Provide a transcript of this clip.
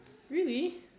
really